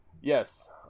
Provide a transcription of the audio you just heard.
Yes